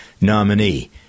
nominee